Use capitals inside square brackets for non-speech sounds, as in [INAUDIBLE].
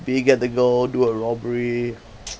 be it get the girl do a robbery [NOISE]